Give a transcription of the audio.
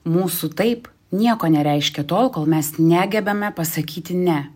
mūsų taip nieko nereiškia tol kol mes negebame pasakyti ne